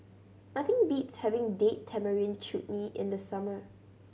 nothing beats having Date Tamarind Chutney in the summer